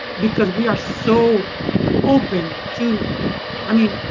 because we are so open to i mean,